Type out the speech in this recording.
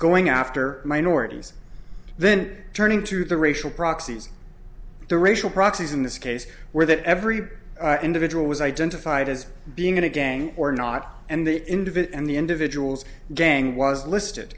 going after minorities then turning to the racial proxies the racial proxies in this case where that every individual was identified as being in a gang or not and that individual and the individual's gang was listed